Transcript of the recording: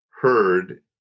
heard